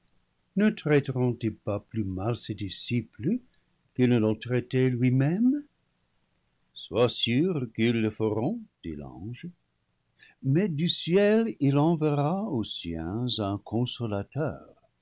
ne traiteront ils pas plus mal ses disciples qu'ils ne l'ont traité lui-même sois sûr qu'il le feront dit l'ange mais du ciel il enverra aux siens un consolateur